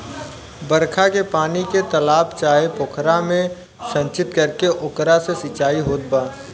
बरखा के पानी के तालाब चाहे पोखरा में संचित करके ओकरा से सिंचाई होत बा